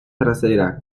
trasera